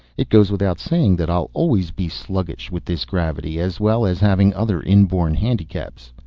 it goes without saying that i'll always be sluggish with this gravity, as well as having other inborn handicaps.